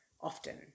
often